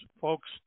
folks